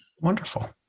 wonderful